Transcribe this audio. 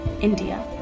india